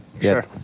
Sure